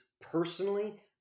personally